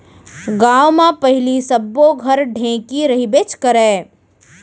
गॉंव म पहिली सब्बो घर ढेंकी रहिबेच करय